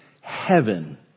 heaven